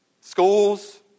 schools